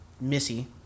Missy